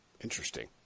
Interesting